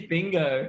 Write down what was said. Bingo